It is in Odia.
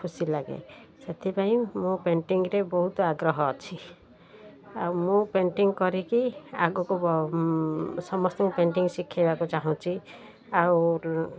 ଖୁସି ଲାଗେ ସେଥିପାଇଁ ମୁଁ ପେଣ୍ଟିଙ୍ଗରେ ବହୁତ ଆଗ୍ରହ ଅଛି ଆଉ ମୁଁ ପେଣ୍ଟିଙ୍ଗ କରିକି ଆଗକୁ ସମସ୍ତଙ୍କୁ ପେଣ୍ଟିଙ୍ଗ ଶିଖାଇବାକୁ ଚାହୁଁଛି ଆଉ